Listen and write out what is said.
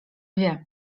wie